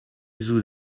زود